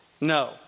No